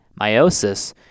meiosis